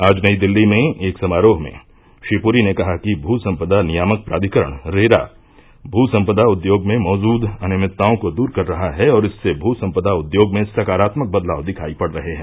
आज नई दिल्ली में एक समारोह में श्री प्री ने कहा कि भूसंपदा नियामक प्राधिकरण रेरा भूसंपदा उद्योग में मौजूद अनियमितताओं को दूर कर रहा है और इससे भूसंपदा उद्योग में सकारात्मक बदलाव दिखाई पड़ रहे हैं